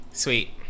Sweet